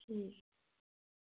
ठीक